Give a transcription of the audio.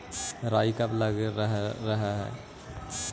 राई कब लग रहे है?